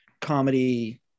comedy